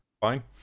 Fine